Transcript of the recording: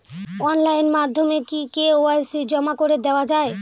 Online মাধ্যমে কি KYC জমা করে দেওয়া য়ায়?